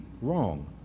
wrong